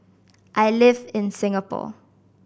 I live in Singapore